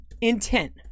intent